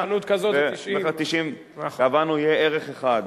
נכון, ובחנות כזאת זה 90. קבענו שיהיה ערך אחד.